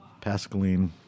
Pascaline